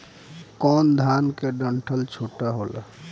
कौन धान के डंठल छोटा होला?